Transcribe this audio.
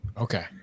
Okay